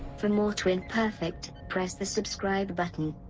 for more twin perfect, press the subscribe button.